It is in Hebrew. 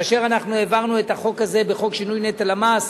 כאשר אנחנו העברנו את החוק הזה בחוק שינוי נטל המס,